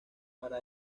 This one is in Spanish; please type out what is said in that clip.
para